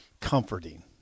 comforting